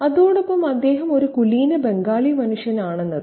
അതോടൊപ്പം അദ്ദേഹം ഒരു കുലീന ബംഗാളി മനുഷ്യനാണെന്നതും